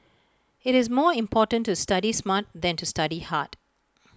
IT is more important to study smart than to study hard